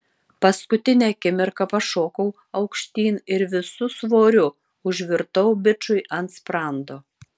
paskutinę akimirką pašokau aukštyn ir visu svoriu užvirtau bičui ant sprando